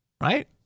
Right